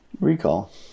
Recall